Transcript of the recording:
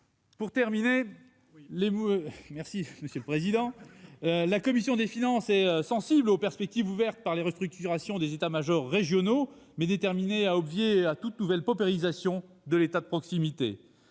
Oui !... la commission des finances est sensible aux perspectives ouvertes par les restructurations des états-majors régionaux, mais déterminée à obvier à toute nouvelle paupérisation de l'État de proximité.